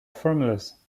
formulas